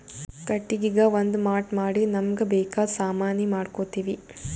ಕಟ್ಟಿಗಿಗಾ ಒಂದ್ ಮಾಟ್ ಮಾಡಿ ನಮ್ಮ್ಗ್ ಬೇಕಾದ್ ಸಾಮಾನಿ ಮಾಡ್ಕೋತೀವಿ